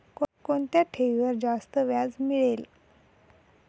कोणत्या ठेवीवर जास्त व्याज मिळेल?